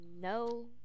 No